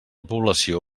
població